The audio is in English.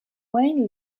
wain